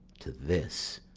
to this,